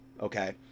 Okay